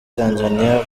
tanzania